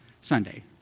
sunday